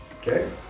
Okay